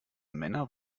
männer